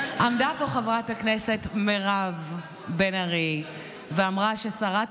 עמדה פה חברת הכנסת מירב בן ארי ואמרה ששרת